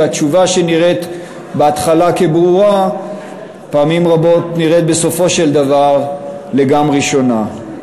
והתשובה שנראית בהתחלה ברורה פעמים רבות נראית בסופו של דבר לגמרי שונה.